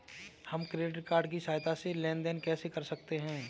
हम credit card की सहायता से लेन देन कैसे कर सकते हैं?